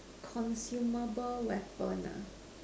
consumable weapon